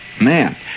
man